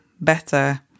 better